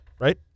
Right